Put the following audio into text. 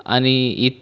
आणि ई